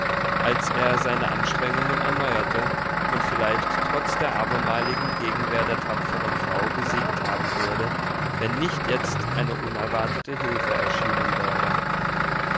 als er seine anstrengungen erneuerte und vielleicht trotz der abermaligen gegenwehr der tapfern frau gesiegt haben würde wenn nicht jetzt eine unerwartete hilfe erschienen wäre